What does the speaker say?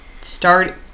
start